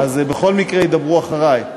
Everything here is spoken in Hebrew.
אז הם בכל מקרה ידברו אחרי.